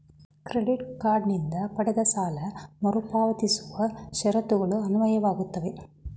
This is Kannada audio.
ಕ್ರೆಡಿಟ್ ಕಾರ್ಡ್ ನಿಂದ ಪಡೆದ ಸಾಲ ಮರುಪಾವತಿಸುವ ಷರತ್ತುಗಳು ಅನ್ವಯವಾಗುತ್ತವೆ